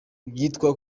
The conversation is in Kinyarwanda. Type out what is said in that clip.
byitwa